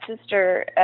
sister